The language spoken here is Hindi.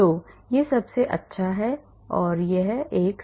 तो यह सबसे अच्छा एक 6501 है